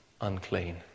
unclean